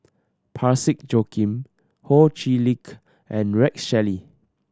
Parsick Joaquim Ho Chee Lick and Rex Shelley